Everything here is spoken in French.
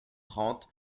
trente